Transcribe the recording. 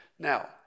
Now